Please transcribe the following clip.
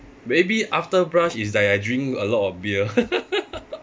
maybe after blush is like I drink a lot of beer